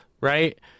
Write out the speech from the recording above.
right